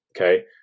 okay